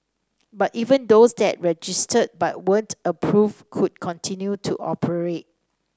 but even those that registered but weren't approved could continue to operate